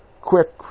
quick